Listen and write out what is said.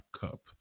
cup